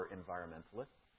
environmentalists